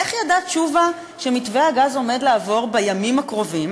איך ידע תשובה שמתווה הגז עומד לעבור בימים הקרובים?